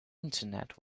internet